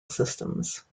systems